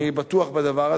אני בטוח בדבר הזה.